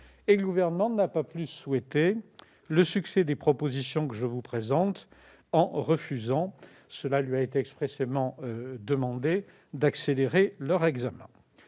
et le Gouvernement n'a pas plus souhaité le succès des propositions que je vous présente en refusant, alors que cela lui a été expressément demandé, d'accélérer leur examen.